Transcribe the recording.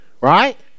right